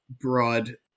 broad